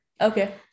Okay